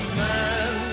man